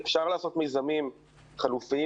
אפשר לעשות מיזמים חלופיים,